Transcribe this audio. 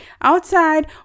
outside